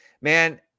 man